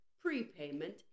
prepayment